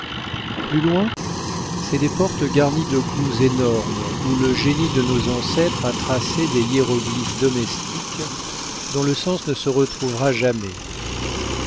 plus loin c'est des portes garnies de clous énormes où le génie de nos ancêtres a tracé des hiéroglyphes domestiques dont le sens ne se retrouvera jamais